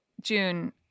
June